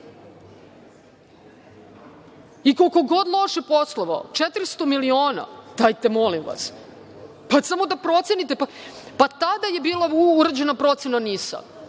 džepove. Koliko god loše poslovao, 400 miliona, dajte molim vas. Pa, samo da procenite. Pa, tada je bila urađena procena NIS-a.